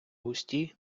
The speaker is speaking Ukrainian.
густі